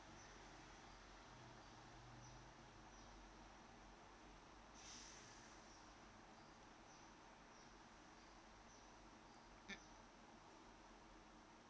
mm